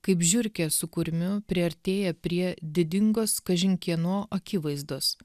kaip žiurkė su kurmiu priartėja prie didingos kažin kieno akivaizdos